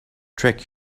trick